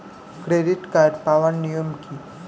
Credit card পাওয়ার নিয়ম কী?